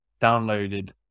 downloaded